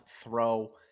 throw